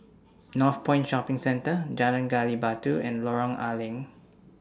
Northpoint Shopping Centre Jalan Gali Batu and Lorong A Leng